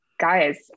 guys